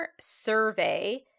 survey